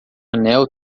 anel